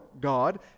God